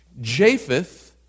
Japheth